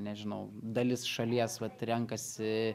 nežinau dalis šalies vat renkasi